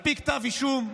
על פי כתב אישום,